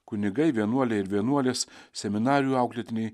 kunigai vienuoliai ir vienuolės seminarijų auklėtiniai